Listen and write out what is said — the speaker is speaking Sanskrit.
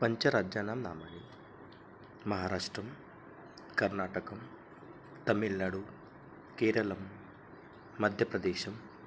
पञ्चराज्यानां नामानि महाराष्ट्रं कर्नाटकं तमिल्नाडु केरलं मध्यप्रदेशः